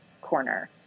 corner